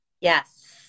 Yes